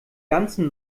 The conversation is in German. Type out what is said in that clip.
ganzen